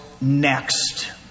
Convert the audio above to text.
next